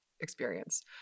experience